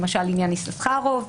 למשל עניין יששכרוב ,